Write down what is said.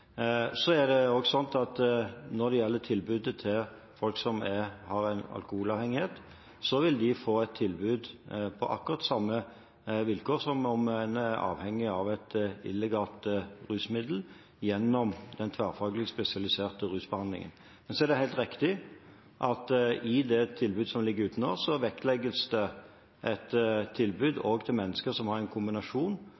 Når det gjelder folk som har en alkoholavhengighet, vil de få et tilbud på akkurat samme vilkår som en som er avhengig av et illegalt rusmiddel, gjennom den tverrfaglige spesialiserte rusbehandlingen. Men det er helt riktig at i det tilbudet som ligger ute nå, vektlegges også et tilbud